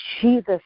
Jesus